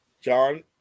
John